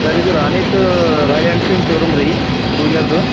sir ಇದು ರಾನಿತ Royal Enfield showroom ರೀ ಟು ವಿಲರ್ದು